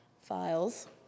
files